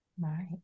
right